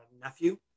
nephew